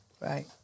right